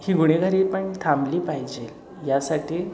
ही गुन्हेगारी पण थांबली पाहिजेल यासाठी